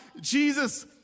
Jesus